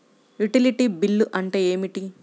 Utility bill అంటే ఏమిటి?